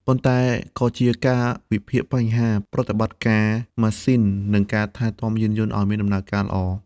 ប៉ុន្តែក៏ជាការវិភាគបញ្ហា ប្រតិបត្តិការម៉ាស៊ីន និងការថែទាំយានយន្តឱ្យមានដំណើរការល្អ។